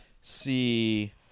see